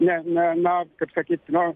ne ne na kaip sakyt nu